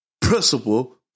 principle